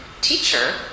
teacher